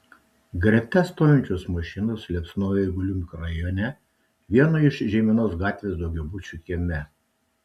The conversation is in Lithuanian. greta stovinčios mašinos liepsnojo eigulių mikrorajone vieno iš žeimenos gatvės daugiabučio kieme